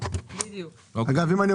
כי אתה